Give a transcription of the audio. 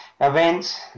Events